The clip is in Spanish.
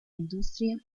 industria